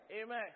Amen